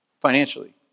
financially